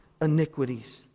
iniquities